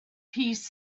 piece